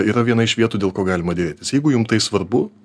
yra viena iš vietų dėl ko galima derėtis jeigu jum tai svarbu